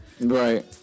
Right